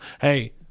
Hey